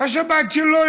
השבת שלו,